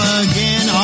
again